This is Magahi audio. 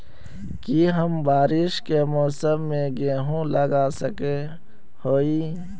की हम बारिश के मौसम में गेंहू लगा सके हिए?